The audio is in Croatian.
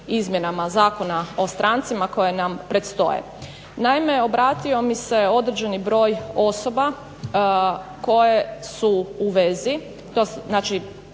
izmjenama Zakona o strancima koja nam predstoje. Naime, obratio mi se određeni broj osoba koje su u vezi, znači